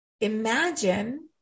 Imagine